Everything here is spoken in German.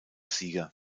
sieger